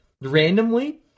randomly